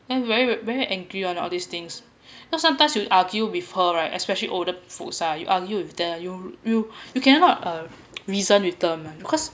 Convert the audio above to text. and we're very angry on all these things know sometimes you would argue with her right especially older folks ah you argue with them you you you cannot uh reason with them ah because